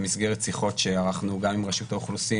במסגרת שיחות שערכנו גם עם רשות האוכלוסין